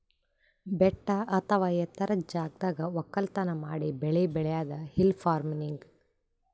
ಬೆಟ್ಟ ಅಥವಾ ಎತ್ತರದ್ ಜಾಗದಾಗ್ ವಕ್ಕಲತನ್ ಮಾಡಿ ಬೆಳಿ ಬೆಳ್ಯಾದೆ ಹಿಲ್ ಫಾರ್ಮಿನ್ಗ್